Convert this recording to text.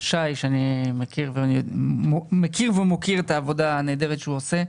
שי שאני מכיר ומוקיר את העבודה הנהדרת שהוא עושה.